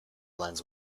lens